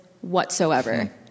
whatsoever